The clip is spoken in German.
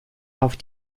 auf